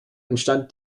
entstand